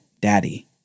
Daddy